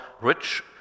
rich